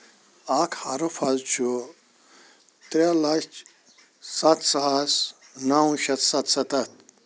اکھ حرف حظ چھُ ترٛے لَچھ سَتھ ساس نو شٮ۪تھ سَتھ سَتتھ